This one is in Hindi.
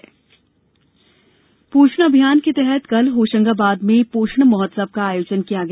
पोषणमाह फ्लैगशिप पोषण अभियान के तहत कल होशंगाबाद में पोषण महोत्सव का आयोजन किया गया